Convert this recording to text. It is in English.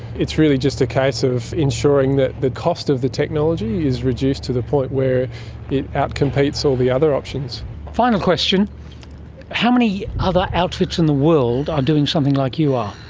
it's really just a case of ensuring that the cost of the technology is reduced to the point where it out-competes all the other options. a final question how many other outfits in the world are doing something like you are?